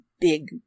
big